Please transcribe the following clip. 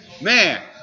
Man